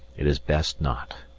it is best not.